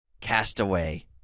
Castaway